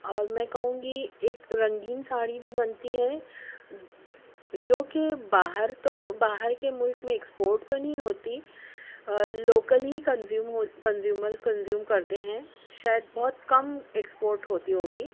اور میں کہوں گی ایک رنگین ساڑھی بھی بنتی ہے جوکہ باہر تو باہر کے مُلک میں ایکسپورٹ تو نہیں ہوتی لوکل ہی کنزیوم کنزیومرز کنزیوم کرتے ہیں شاید بہت کم ایکسپورٹ ہوتی ہوگی